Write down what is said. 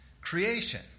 creation